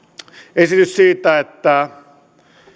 esitys siitä että